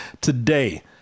today